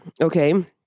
okay